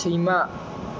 सैमा